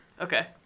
Okay